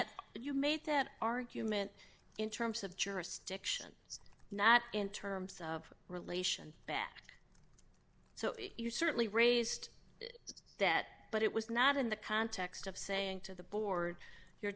that you made that argument in terms of jurisdiction not in terms of relation back so you certainly raised that but it was not in the context of saying to the board your